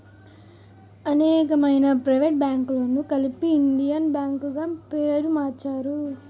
అనేకమైన ప్రైవేట్ బ్యాంకులను కలిపి ఇండియన్ బ్యాంక్ గా పేరు మార్చారు